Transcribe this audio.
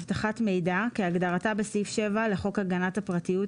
""אבטחת מידע" כהגדרתה בסעיף 7 לחוק הגנת הפרטיות,